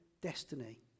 destiny